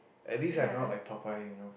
at least I'm not like Popeye you know